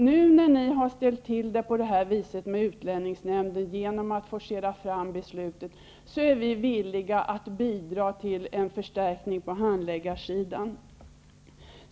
När ni nu har ställt till det på det här viset med utlänningsnämnden, genom att forcera fram beslutet, är vi villiga att bidra till en förstärkning på handläggarsidan.